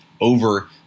over